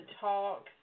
talk